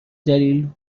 دلیل